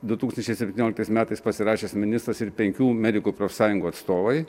du tūkstančiai septynioliktais metais pasirašęs ministras ir penkių medikų profsąjungų atstovai